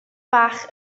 bach